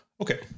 okay